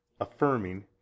affirming